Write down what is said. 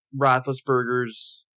Roethlisberger's